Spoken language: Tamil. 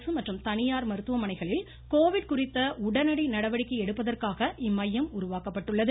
அரசு மற்றும் தனியார் மருத்துவமனைகளில் கோவிட் குறித்த உடனடி நடவடிக்கை எடுப்பதற்காக இம்மையம் உருவாக்கப்பட்டுள்ளது